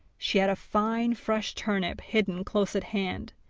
she had a fine fresh turnip hidden close at hand,